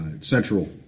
Central